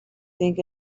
think